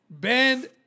bend